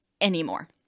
anymore